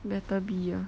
better be ah